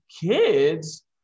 Kids